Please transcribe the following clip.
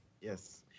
Yes